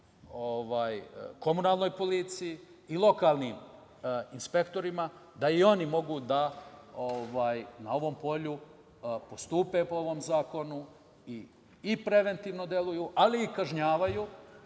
komunalnoj policiji i lokalnim inspektorima da i oni mogu da na ovom polju postupe po ovom zakonu i preventivno deluju, ali i kažnjavaju.